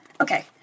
Okay